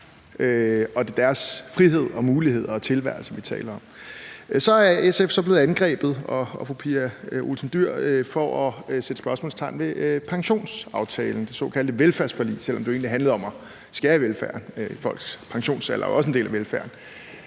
og deres frihed og muligheder og tilværelser, vi taler om. Så er SF og fru Pia Olsen Dyhr blevet angrebet for at sætte spørgsmålstegn ved pensionsaftalen, det såkaldte velfærdsforlig, selv om det egentlig handlede om at skære i velfærden – folks pensionsalder er jo også en del af velfærden.